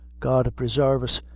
god presarve us!